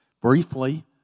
briefly